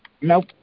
nope